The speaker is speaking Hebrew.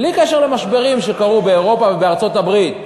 בלי קשר למשברים שקרו באירופה ובארצות-הברית?